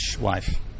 wife